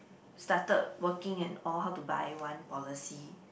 started working and all how to buy one policy